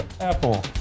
apple